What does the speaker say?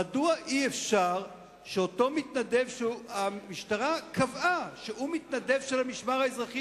מדוע אי-אפשר שאותו מתנדב שהמשטרה קבעה שהוא מתנדב של המשמר האזרחי,